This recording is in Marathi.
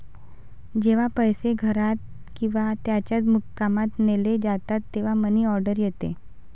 जेव्हा पैसे घरात किंवा त्याच्या मुक्कामात नेले जातात तेव्हा मनी ऑर्डर येते